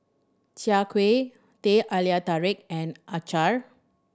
Chai Kuih Teh Halia Tarik and acar